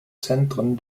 zentren